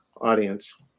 audience